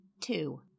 two